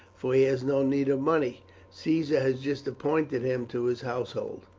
for he has no need of money caesar has just appointed him to his household.